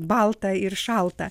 balta ir šalta